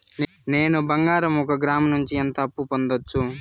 నేను బంగారం ఒక గ్రాము నుంచి ఎంత అప్పు పొందొచ్చు